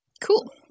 Cool